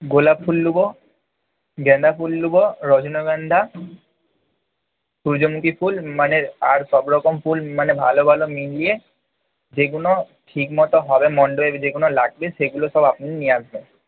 গোলাপ ফুল নেবো গাঁদা ফুল নেবো রজনীগন্ধা সূর্যমুখী ফুল মানে আর সবরকম ফুল মানে ভালো ভালো মিলিয়ে যেগুনো ঠিকমতো হবে মণ্ডপে যেগুনো লাগবে সেগুলো সব আপনি নিয়ে আসবেন